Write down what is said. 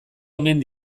omen